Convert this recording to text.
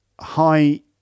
high